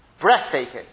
breathtaking